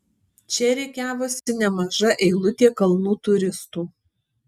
čia rikiavosi nemaža eilutė kalnų turistų